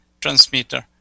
transmitter